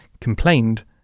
complained